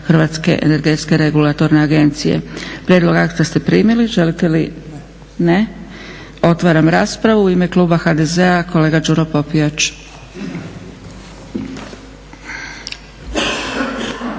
članove Upravnog vijeća HERA-e. Prijedlog akta ste primili. Želite li? Ne. Otvaram raspravu. U ime kluba HDZ-a kolega Đuro Popijač.